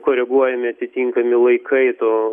koreguojami atitinkami laikai tų